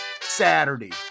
Saturday